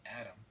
Adam